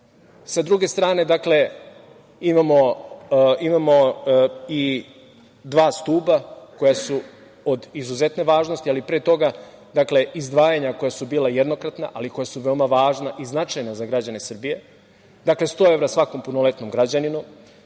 druge strane, dakle, imamo i dva stuba koja su od izuzetne važnosti, ali pre toga, dakle, izdvajanja koja su bila jednokratna, ali koja su veoma važna i značajna za građane Srbije. Dakle, 100 evra svakom punoletnom građaninu,